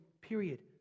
period